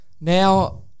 Now